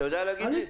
אתה יודע להגיד לי?